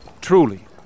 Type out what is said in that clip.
Truly